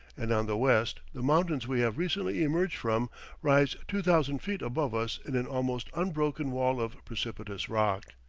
and on the west, the mountains we have recently emerged from rise two thousand feet above us in an almost unbroken wall of precipitous rock.